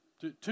Two